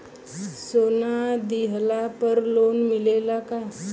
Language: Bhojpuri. सोना दिहला पर लोन मिलेला का?